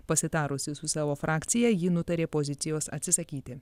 pasitarusi su savo frakcija ji nutarė pozicijos atsisakyti